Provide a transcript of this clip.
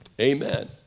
Amen